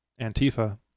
Antifa